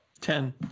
Ten